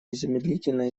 незамедлительно